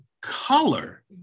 color